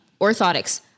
Orthotics